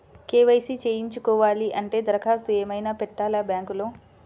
KYC చేయించుకోవాలి అంటే దరఖాస్తు ఏమయినా పెట్టాలా బ్యాంకులో?